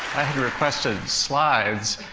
i had requested slides,